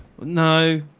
No